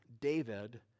David